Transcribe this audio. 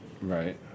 Right